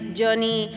journey